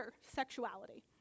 sexuality